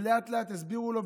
ולאט-לאט הסבירו לו,